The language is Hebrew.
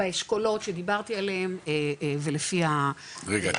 באשכולות שדיברתי עליהם ולפי ה --- רגע,